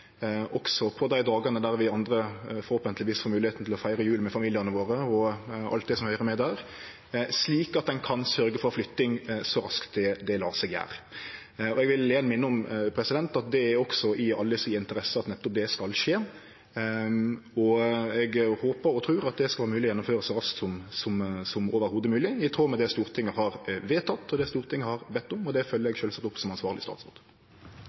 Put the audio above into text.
også på dei dagane då vi andre forhåpentleg får moglegheit til å feire jul med familiane våre og alt det som høyrer med, slik at ein kan sørgje for flytting så raskt det lèt seg gjere. Eg vil igjen minne om at det også er i alle si interesse at nettopp det skal skje. Eg håpar og trur at det skal vere mogleg å gjennomføre så raskt som det i det heile er mogleg, i tråd med det Stortinget har vedteke, og det Stortinget har bedt om. Det følgjer eg sjølvsagt opp som ansvarleg statsråd.